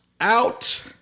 Out